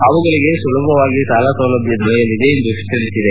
ಅವುಗಳಿಗೆ ಸುಲಭವಾಗಿ ಸಾಲ ಸೌಲಭ್ಯ ದೊರೆಯಲಿದೆ ಎಂದು ಹೇಳಿದೆ